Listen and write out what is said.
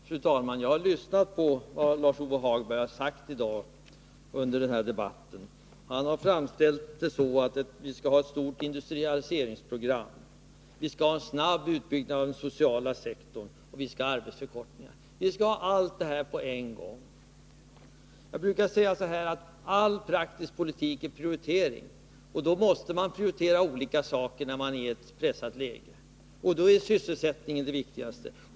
Fru talman! Jag har lyssnat på vad Lars-Ove Hagberg har sagt i debatten i dag. Han har framställt det så att vi skall ha ett stort industrialiseringsprogram, en snabb utbyggnad av den sociala sektorn och arbetstidsförkortningar. Allt detta skall vi ha på en gång. Jag brukar säga att all praktisk politik är prioritering. När man är i ett pressat läge måste man prioritera olika saker. Då är sysselsättningen det viktigaste.